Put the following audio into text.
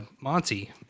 Monty